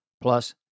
Plus